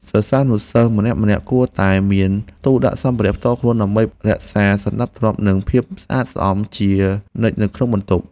សិស្សានុសិស្សម្នាក់ៗគួរតែមានទូដាក់សម្ភារៈផ្ទាល់ខ្លួនដើម្បីរក្សាសណ្តាប់ធ្នាប់ និងភាពស្អាតជានិច្ចនៅក្នុងបន្ទប់។